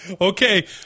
Okay